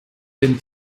dem